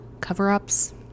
cover-ups